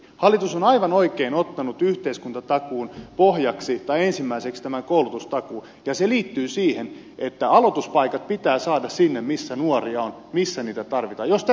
hallitus on aivan oikein ottanut yhteiskuntatakuun pohjaksi tai ensimmäiseksi tämän koulutustakuun ja se liittyy siihen että aloituspaikat pitää saada sinne missä nuoria on missä niitä tarvitaan